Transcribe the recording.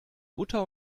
butter